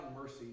mercy